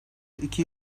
iki